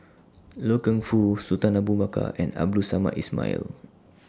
Loy Keng Foo Sultan Abu Bakar and Abdul Samad Ismail